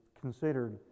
considered